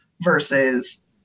versus